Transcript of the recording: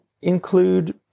include